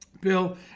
Bill